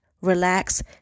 relax